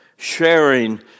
Sharing